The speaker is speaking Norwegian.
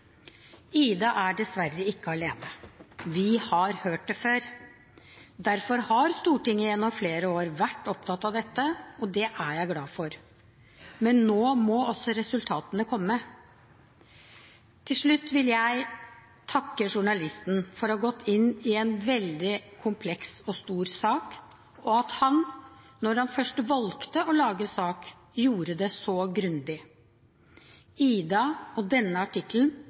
er dessverre ikke alene. Vi har hørt det før. Derfor har Stortinget gjennom flere år vært opptatt av dette, og det er jeg glad for. Men nå må også resultatene komme. Til slutt vil jeg takke journalisten for å ha gått inn i en veldig kompleks og stor sak, og for at han, når han først valgte å lage en sak, gjorde det så grundig. «Ida» og denne artikkelen